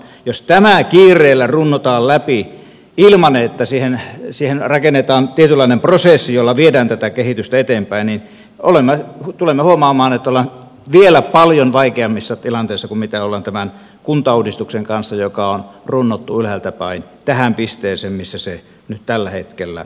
jos tämä kiireellä runnotaan läpi ilman että siihen rakennetaan tietynlainen prosessi jolla viedään tätä kehitystä eteenpäin niin tulemme huomaamaan että ollaan vielä paljon vaikeammissa tilanteissa kuin missä ollaan tämän kuntauudistuksen kanssa joka on runnottu ylhäältä päin tähän pisteeseen missä se nyt tällä hetkellä on